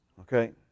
Okay